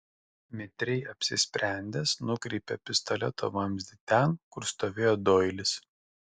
mitriai apsisprendęs nukreipė pistoleto vamzdį ten kur stovėjo doilis